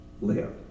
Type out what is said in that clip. live